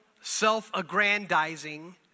self-aggrandizing